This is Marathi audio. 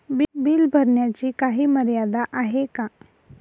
बिल भरण्याची काही मर्यादा आहे का?